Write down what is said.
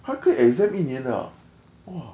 还可以 exempt 一年 ah !wah!